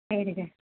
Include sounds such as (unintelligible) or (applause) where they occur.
(unintelligible)